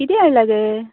किदें हाडला गे